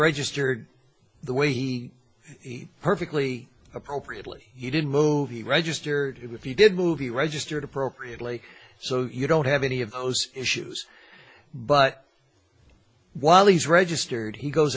registered the way he perfectly appropriately you did movie register if you did movie registered appropriately so you don't have any of those issues but while these registered he goes